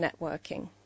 networking